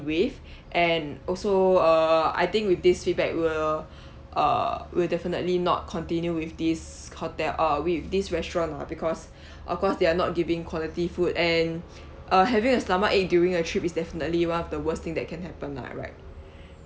with and also uh I think with this feedback we'll uh we'll definitely not continue with this hotel uh with this restaurant lah because of course they are not giving quality food and uh having a stomach ache during a trip is definitely one of the worst thing that can happen lah right